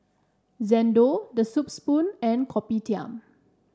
Xndo The Soup Spoon and Kopitiam